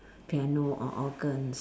piano or organs